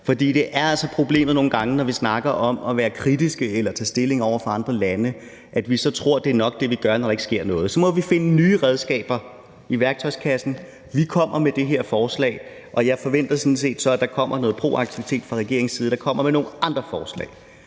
For det er altså problemet nogle gange, når vi snakker om at være kritiske eller tage stilling over for andre lande, at vi tror, at det er nok, hvad vi gør, når der ikke sker noget. Så må vi finde nye redskaber i værktøjskassen. Vi kommer med det her forslag, og jeg forventer så sådan set, at der kommer noget proaktivitet fra regeringens side, at den kommer med nogle andre forslag.